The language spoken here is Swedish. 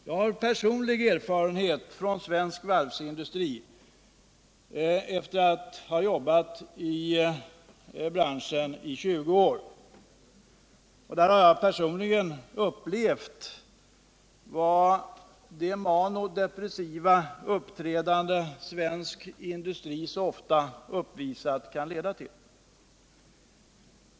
Jag har personlig erfarenhet från svensk varvsindustri efter att ha jobbat i branschen i 20 år. Jag har upplevt vad det manodepressiva uppträdande svensk industri så ofta visat kan leda till.